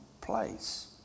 place